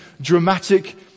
dramatic